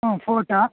ಹ್ಞೂ ಫೋಟೊ